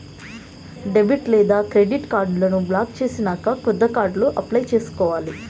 debit లేదా credit కార్డులను block చేసినాక కొత్త కార్డు అప్లై చేసుకోవాలి